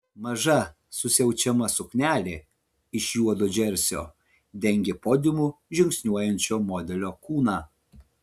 maža susiaučiama suknelė iš juodo džersio dengė podiumu žingsniuojančio modelio kūną